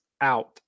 out